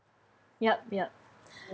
yup yup